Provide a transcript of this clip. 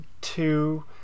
Two